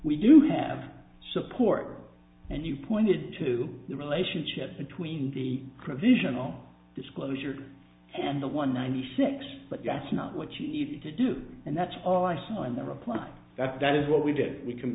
we do have support and you pointed to the relationship between the conditional disclosure and the one ninety six but that's not what you need to do and that's all i saw in the reply that that is what we did we can